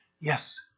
Yes